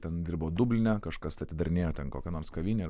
ten dirbo dubline kažkas atidarinėjo ten kokią nors kavinę ir